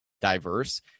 diverse